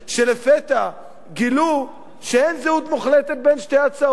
שלפתע גילו שאין זהות מוחלטת בין שתי ההצעות,